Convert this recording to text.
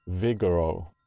Vigoro